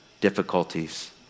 difficulties